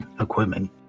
equipment